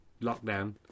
lockdown